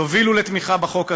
תובילו לתמיכה בחוק הזה,